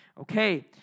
okay